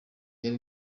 yari